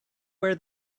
where